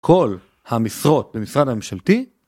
כל המשרות במשרד הממשלתי